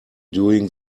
doing